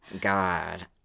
God